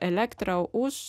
elektrą už